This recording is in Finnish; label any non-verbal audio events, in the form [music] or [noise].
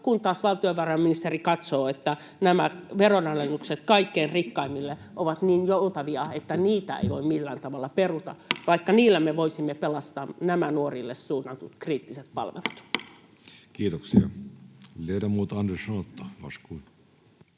kun taas valtiovarainministeri katsoo, että nämä veronalennukset kaikkein rikkaimmille ovat niin joutavia, että niitä ei voi millään tavalla perua, [noise] vaikka niillä me voisimme pelastaa nämä nuorille suunnatut kriittiset palvelut. Kiitoksia. — Ledamot Andersson, Otto,